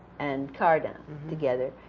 and cardin together.